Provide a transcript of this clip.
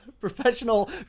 Professional